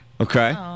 Okay